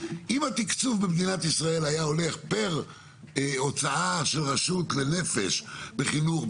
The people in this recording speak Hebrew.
אם התקצוב במדינת ישראל היה הולך פר הוצאה של רשות לנפש בחינוך,